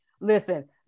listen